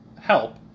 help